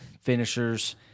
finishers